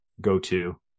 go-to